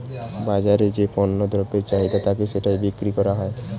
বাজারে যে পণ্য দ্রব্যের চাহিদা থাকে সেটাই বিক্রি করা হয়